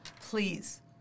Please